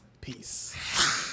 peace